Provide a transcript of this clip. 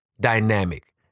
dynamic